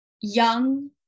young